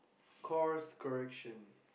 cost correction